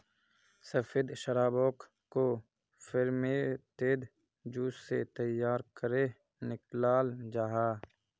सफ़ेद शराबोक को फेर्मेंतेद जूस से तैयार करेह निक्लाल जाहा